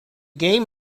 game